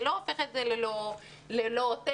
זה לא הופך את זה ללא אותנטי.